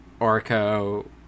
Orco